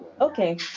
Okay